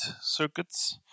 Circuits